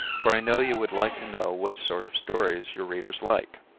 for i know you would like to know what sort of stories your readers like.